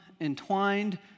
entwined